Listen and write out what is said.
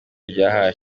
rya